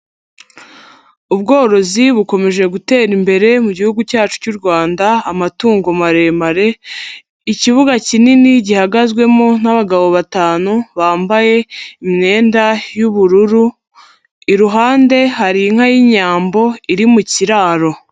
Ubworozi bukomeje gutera imbere mu Gihugu cyacu cy'u Rwanda, amatungo maremare, ikibuga kinini gihagazwemo n'abagabo batanu bambaye imyenda y'ubururu, iruhande hari inka y'Inyambo iri mu kiraro.